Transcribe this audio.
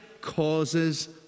causes